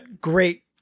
great-